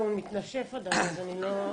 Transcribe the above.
כנציבות זה לאפשר לכולם ליהנות ביחד,